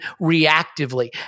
reactively